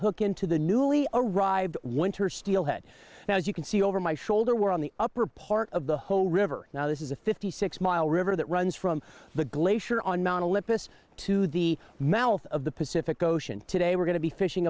hook into the newly arrived winter steelhead now as you can see over my shoulder we're on the upper part of the whole river now this is a fifty six mile river that runs from the glacier on mount olympus to the mouth of the pacific ocean today we're going to be fishing